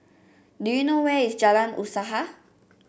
do you know where is Jalan Usaha